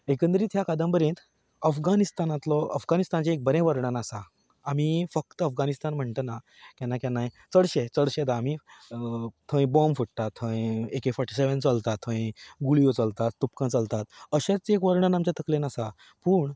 एकंदरीत ह्या कादंबरींत अफगानिस्तानांतलो अफगानिस्तानाचें एक बरें वर्णन आसा आमी फकत आफगानिस्तान म्हणटाना केन्ना केन्नाय चडशे चडशे दा आमी थंय बॉम्ब फोडटात थंय एक एक फावट चलतात थंय गुळयो चलतात तुबकां चलतात अशेंच एक वर्णन आमचे तकलेंत आसा पूण